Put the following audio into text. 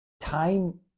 time